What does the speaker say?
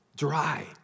Dry